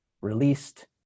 released